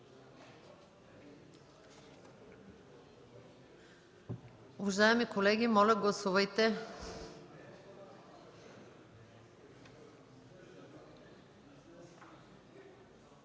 Уважаеми колеги, моля гласувайте